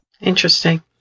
Interesting